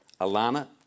Alana